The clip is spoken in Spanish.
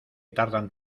tardan